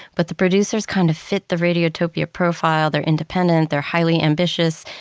but the producers kind of fit the radiotopia profile. they're independent, they're highly ambitious,